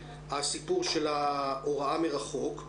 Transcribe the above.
הסיפור של ההוראה מרחוק,